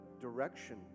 direction